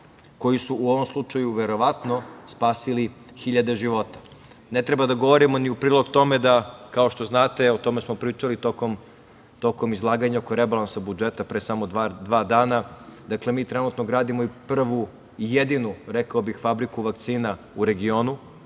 koji su u ovom slučaju verovatno spasili hiljade života. Ne treba da govorimo ni u prilog tome da, kao što znate, o tome smo pričali tokom izlaganja oko rebalansa budžeta pre samo dva dana, dakle mi trenutno gradimo i prvi u jedinu, rako bih, fabriku vakcina u regionu.